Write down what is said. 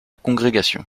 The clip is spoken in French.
congrégation